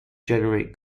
generate